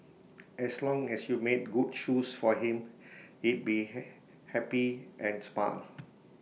as long as you made good shoes for him he'd be happy and smile